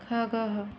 खगः